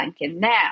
Now